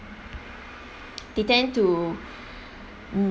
they tend to mm